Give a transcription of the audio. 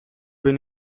been